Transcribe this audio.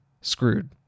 screwed